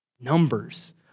Numbers